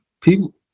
People